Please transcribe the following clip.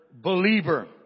believer